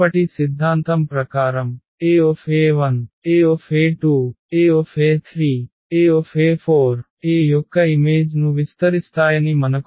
మునుపటి సిద్ధాంతం ప్రకారం Ae1 Ae2 Ae3Ae4 A యొక్క ఇమేజ్ ను విస్తరిస్తాయని మనకు తెలుసు